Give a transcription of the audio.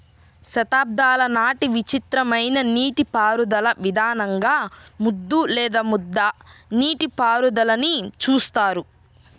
శతాబ్దాల నాటి విచిత్రమైన నీటిపారుదల విధానంగా ముద్దు లేదా ముద్ద నీటిపారుదలని చూస్తారు